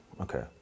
okay